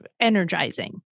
energizing